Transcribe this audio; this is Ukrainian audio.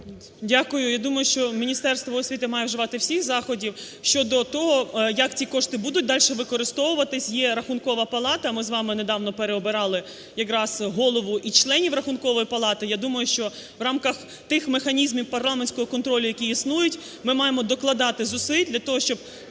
Дякую. Я думаю, що Міністерство освіти має вживати всіх заходів щодо того, як ці кошти будуть далі використовуватись. Є Рахункова палата, ми з вами недавно переобирали якраз голову і членів Рахункової палати. Я думаю, що в рамках тих механізмів парламентського контролю, які існують, ми маємо докладати зусиль для того, щоб